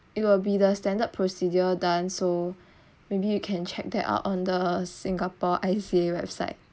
it will be the standard procedure done so maybe you can check that uh on the singapore I C S website